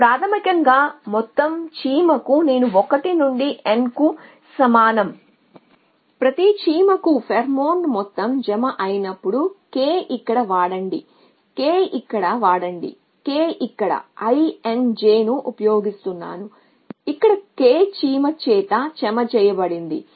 ఇది ప్రాథమికంగా మొత్తం చీమకు నేను 1 నుండి n కు సమానం ప్రతి చీమకు ఫేరోమోన్ మొత్తం జమ అయినప్పుడు k ఇక్కడ వాడండి k ఇక్కడ i n j ను ఉపయోగిస్తున్నాను ఇక్కడ k చీమ చేత జమ చేయబడింది